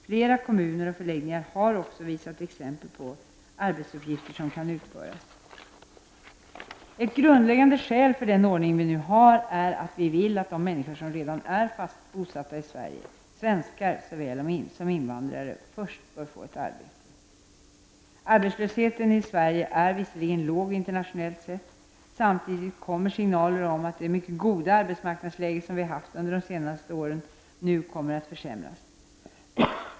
Flera kommuner och förläggningar har också visat exempel på arbetsuppgifter som kan utföras. Ett grundläggande skäl för den ordning vi nu har är att vi vill att de människor som redan är fast bosatta i Sverige -- svenskar såväl som invandrare -- först bör få ett arbete. Arbetslösheten i Sverige är visserligen låg, internationellt sett. Samtidigt kommer signaler om att det mycket goda arbetsmarknadsläge som vi haft under de senaste åren nu kommer att försämras.